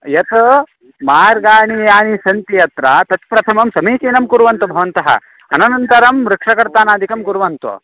यत् मार्गाणि यानि सन्ति अत्र तत् प्रथमं समीचीनं कुर्वन्तु भवन्तः तदनन्तरं वृक्षकर्तनादिकं कुर्वन्तु